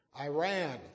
Iran